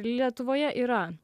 lietuvoje yra